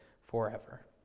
forever